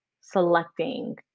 selecting